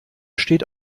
steht